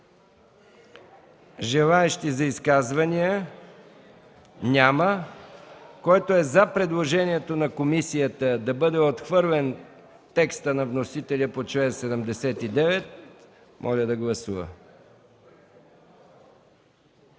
Желаещи за изказвания? Няма. Който е за предложението на комисията – да бъде отхвърлен текстът на вносителя по чл. 79, моля да гласува.